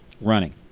running